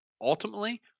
Ultimately